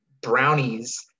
brownies